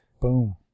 Boom